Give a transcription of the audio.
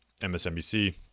MSNBC